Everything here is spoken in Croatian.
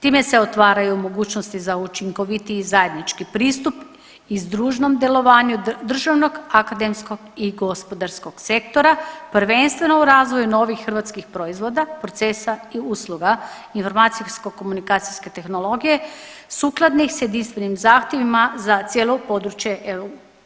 Time se otvaraju mogućnosti za učinkovitiji zajednički pristup i združnom djelovanju državnog, akademskog i gospodarskog sektora, prvenstveno u razvoju novih hrvatskih proizvoda, procesa i usluga i normacijsko-komunikacijske tehnologije, sukladnih s jedinstvenim zahtjevima za cijelo područje EU.